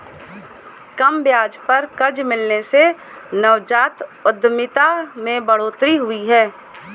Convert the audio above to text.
कम ब्याज पर कर्ज मिलने से नवजात उधमिता में बढ़ोतरी हुई है